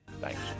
Thanks